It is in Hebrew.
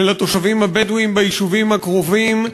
של התושבים הבדואים ביישובים הקרובים,